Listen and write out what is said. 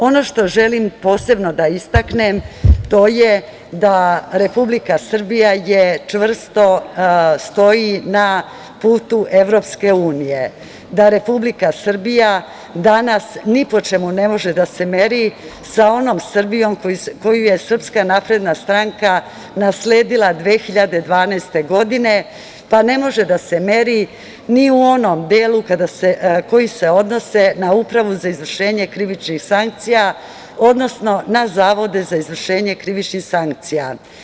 Ono što želim posebno da istaknem, to je da Republika Srbija čvrsto stoji na putu Evropske unije, da Republika Srbija danas ni po čemu ne može da se meri sa onom Srbijom koju je SNS nasledila 2012. godine, pa ne može ni da se meri ni u onom delu koji se odnosi na Upravu za izvršenje krivičnih sankcija, odnosno na zavode za izvršenje krivičnih sankcija.